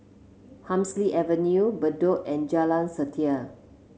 Hemsley Avenue Bedok and Jalan Setia